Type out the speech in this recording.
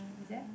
is there